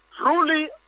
Truly